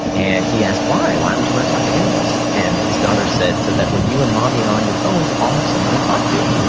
and he asked, why? why would you want to talk to animals? and his daughter said, so that when you and mommy are on your phones, i'll have someone to talk to.